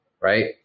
right